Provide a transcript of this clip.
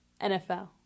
NFL